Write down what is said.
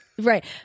Right